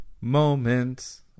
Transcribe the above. moment